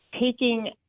taking